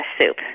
soup